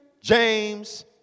James